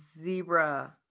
zebra